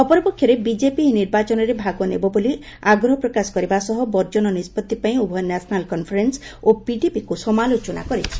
ଅପରପକ୍ଷରେ ବିଜେପି ଏହି ନିର୍ବାଚନରେ ଭାଗ ନେବ ବୋଲି ଆଗ୍ରହ ପ୍ରକାଶ କରିବା ସହ ବର୍ଜନ ନିଷ୍ପଭି ପାଇଁ ଉଭୟ ନ୍ୟାସନାଲ୍ କନ୍ଫରେନ୍ ଓ ପିଡିପିକୁ ସମାଲୋଚନା କରିଛି